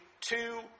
two